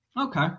Okay